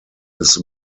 his